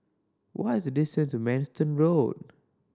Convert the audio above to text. what is distance to Manston Road